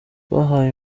bahawe